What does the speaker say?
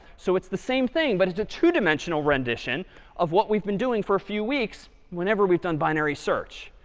so it's the same thing, but it's a two-dimensional rendition of what we've been doing for a few weeks whenever we've done binary search.